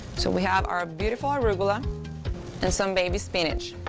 so we have our beautiful arugula and some baby spinach.